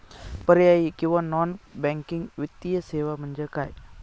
पर्यायी किंवा non banking वित्तीय सेवा म्हणजे काय?